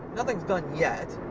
nothing's done yet,